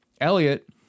Elliot